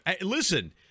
Listen